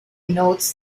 notes